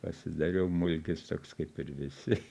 pasidariau mulkis toks kaip ir visi